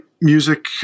music